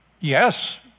Yes